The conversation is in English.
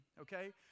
okay